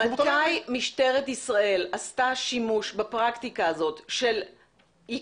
מתי משטרת ישראל עשתה שימוש בפרקטיקה של עיכוב,